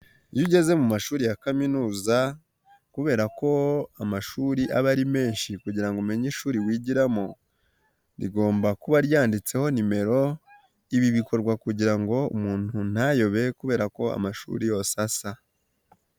Iyo ugeze mu mashuri ya kaminuza kubera ko amashuri aba ari menshi kugirango umenye ishuri wigiramo rigomba kuba ryanditseho nimero, ibi bikorwa kugira ngo umuntu ntayobe kubera ko amashuri yose asa.